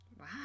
Wow